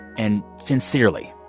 and sincerely,